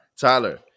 tyler